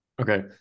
Okay